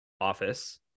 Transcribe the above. office